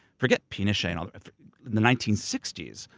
forget pinochet and nineteen sixty s,